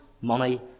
money